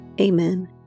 Amen